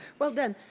well done.